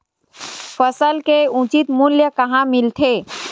फसल के उचित मूल्य कहां मिलथे?